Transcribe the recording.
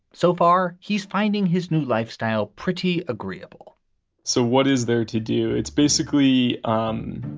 so far, he's finding his new lifestyle pretty agreeable so what is there to do? it's basically um